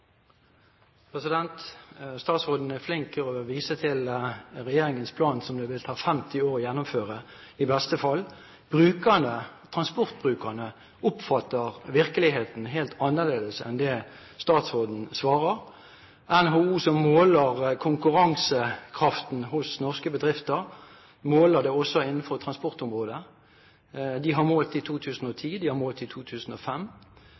Statsråden er flink til å vise til regjeringens plan som det vil ta 50 år å gjennomføre – i verste fall. Transportbrukerne oppfatter virkeligheten helt annerledes enn det statsråden beskriver. NHO, som måler konkurransekraften hos norske bedrifter, måler det også innenfor transportområdet. De har målt i 2010, de har målt i 2005,